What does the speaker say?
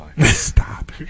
Stop